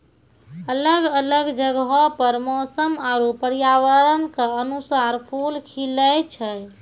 अलग अलग जगहो पर मौसम आरु पर्यावरण क अनुसार फूल खिलए छै